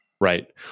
Right